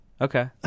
Okay